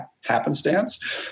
happenstance